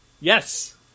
Yes